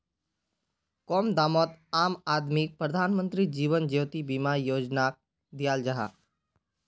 कम दामोत आम आदमीक प्रधानमंत्री जीवन ज्योति बीमा योजनाक दियाल जाहा